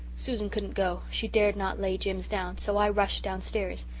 susan couldn't go she dared not lay jims down so i rushed downstairs.